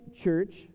church